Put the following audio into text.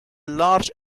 large